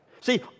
See